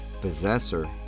possessor